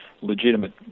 legitimate